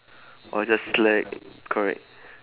or just slack correct